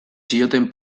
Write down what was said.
zioten